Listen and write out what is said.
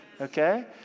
Okay